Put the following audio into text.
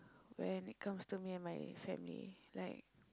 when it comes to me and my family like